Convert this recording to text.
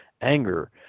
Anger